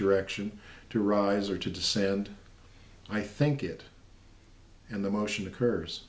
direction to rise or to descend i think it and the motion to curse